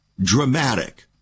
dramatic